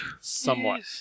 Somewhat